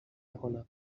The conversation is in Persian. کنم